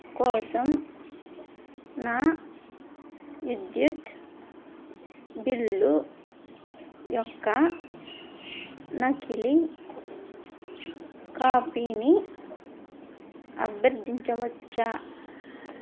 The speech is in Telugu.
కోసం నా విద్యుత్ బిల్లు యొక్క నకిలీ కాపీని అభ్యర్థించవచ్చా